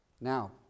now